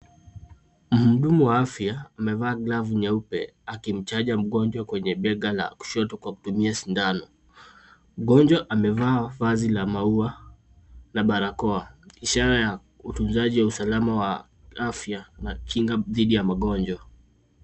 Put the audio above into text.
Mhudumu wa afya amevaa glavu nyeupe akimchanja mgonjwa kwenye bega la kushoto kwa kutumia sindano. Mgonjwa amevaa vazi la maua na barakoa, ishara ya utunzaji wa usalama wa afya na kinga dhidi ya magonjwa.